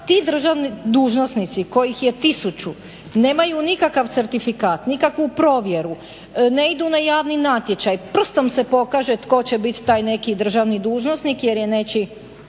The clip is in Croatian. ti državni dužnosnici kojih je tisuću nemaju nikakav certifikat, nikakvu provjeru, ne idu na javni natječaj, prstom se pokaže tko će biti taj neki državni dužnosnik jer je nečija